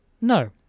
No